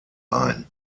ein